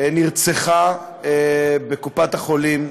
נרצחה בקופת-החולים.